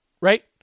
Right